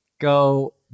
go